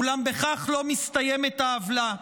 אולם בכך לא מסתיימת העוולה.